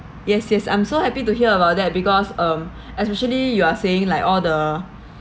yes yes I'm so happy to hear about that because um especially you are saying like all the